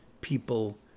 people